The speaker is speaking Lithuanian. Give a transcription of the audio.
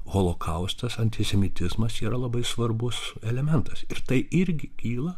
holokaustas antisemitizmas yra labai svarbus elementas ir tai irgi kyla